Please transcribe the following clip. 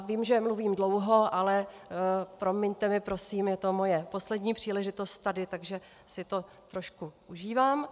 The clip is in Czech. Vím, že mluvím dlouho, ale promiňte mi prosím, je to moje poslední příležitost tady, takže si to trošku užívám.